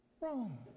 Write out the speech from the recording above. wrong